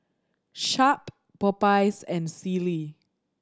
Sharp Popeyes and Sealy